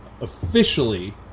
officially